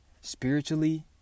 spiritually